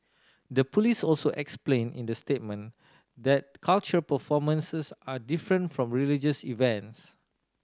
the police also explained in the statement that cultural performances are different from religious events